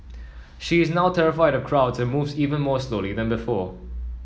she is now terrified of crowds and moves even more slowly than before